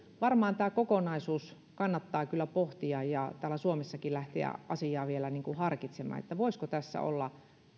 varmaan tämä kokonaisuus kannattaa kyllä pohtia ja täällä suomessakin lähteä asiaa vielä harkitsemaan että voisiko tässä olla